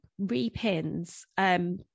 repins